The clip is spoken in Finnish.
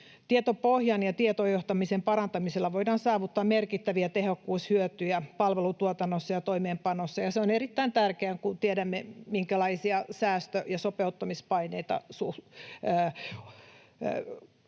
Tietopohjan ja tietojohtamisen parantamisella voidaan saavuttaa merkittäviä tehokkuushyötyjä palvelutuotannossa ja toimeenpanossa, ja se on erittäin tärkeää, kun tiedämme, minkälaisia säästö- ja sopeuttamispaineita